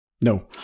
No